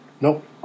Nope